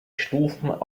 stufen